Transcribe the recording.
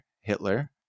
Hitler